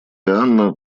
анна